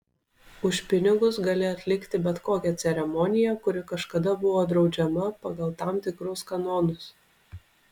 už pinigus gali atlikti bet kokią ceremoniją kuri kažkada buvo draudžiama pagal tam tikrus kanonus